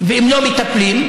ואם לא מטפלים,